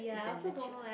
than the chil~